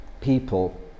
people